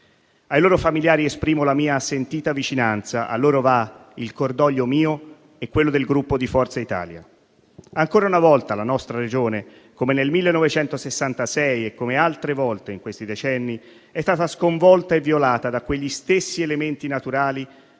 Ai loro familiari esprimo la mia sentita vicinanza; a loro va il cordoglio mio e quello del Gruppo Forza Italia. Ancora una volta la nostra Regione - come nel 1966 e come altre volte negli ultimi decenni - è stata sconvolta e violata da quegli stessi elementi naturali